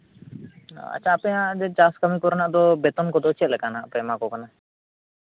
ᱟᱪᱪᱷᱟ ᱟᱯᱮ ᱦᱟᱸᱜ ᱪᱟᱥ ᱠᱟᱹᱢᱤ ᱠᱚᱨᱮᱱᱟᱜ ᱫᱚ ᱵᱮᱛᱚᱱ ᱠᱚᱫᱚ ᱪᱮᱫ ᱞᱮᱠᱟᱱᱟᱜ ᱯᱮ ᱮᱢᱟᱠᱚ ᱠᱟᱱᱟ